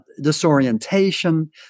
disorientation